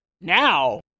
Now